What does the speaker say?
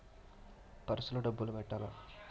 Purse లో డబ్బులు పెట్టలా?